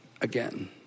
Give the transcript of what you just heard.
again